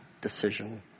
decision